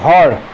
ঘৰ